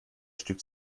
stück